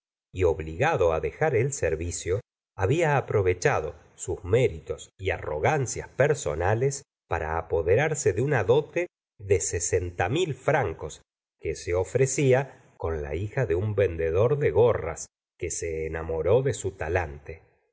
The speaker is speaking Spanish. y obligado dejar el servicio había aprovechado sus méritos y arrogancias personales para apoderarse de una dote de sesenta mil francos que se ofrecía con la hija de un vendedor de gorras que se enamoró de su talante